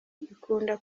ikunda